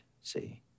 see